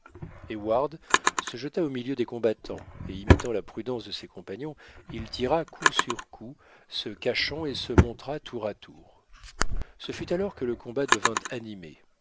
heyward se jeta au milieu des combattants et imitant la prudence de ses compagnons il tira coup sur coup se cachant et se montrant tour à tour ce fut alors que le combat devint